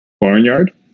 Barnyard